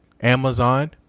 Amazon